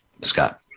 Scott